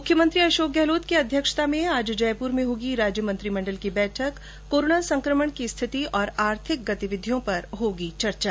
मुख्यमंत्री अशोक गहलोत की अध्यक्षता में आज जयप्र में होगी राज्य मंत्रिमंडल की बैठक कोरोना संकमण की स्थिति और आर्थिक गतिविधियों पर होगी चर्चा